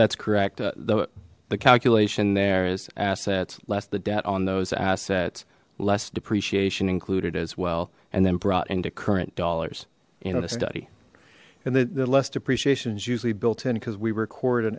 that's correct though the calculation there is assets less the debt on those assets less depreciation included as well and then brought into current dollars you know to study and the the less depreciation is usually built in because we record an